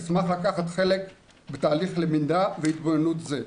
אשמח לקחת חלק בתהליך למידה והתבוננות זה.